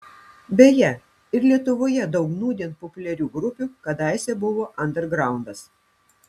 beje ir lietuvoje daug nūdien populiarių grupių kadaise buvo andergraundas